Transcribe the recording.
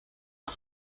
par